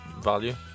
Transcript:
value